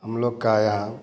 हम लोग का यहाँ